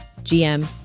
GM